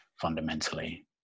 fundamentally